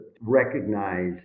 recognize